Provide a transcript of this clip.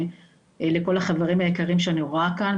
וכמובן לכל החברים היקרים שאני רואה כאן,